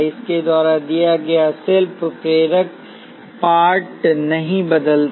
इसके द्वारा दिया गया सेल्फ प्रेरक पार्ट नहीं बदलता है